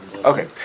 Okay